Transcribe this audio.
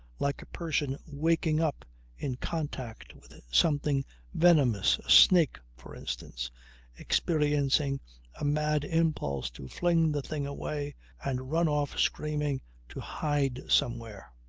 like a person waking up in contact with something venomous a snake, for instance experiencing a mad impulse to fling the thing away and run off screaming to hide somewhere.